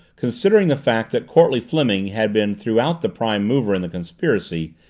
considering the fact that courtleigh fleming had been throughout the prime mover in the conspiracy,